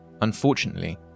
Unfortunately